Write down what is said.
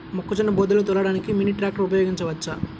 మొక్కజొన్న బోదెలు తోలడానికి మినీ ట్రాక్టర్ ఉపయోగించవచ్చా?